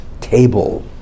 Table